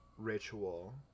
ritual